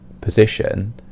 position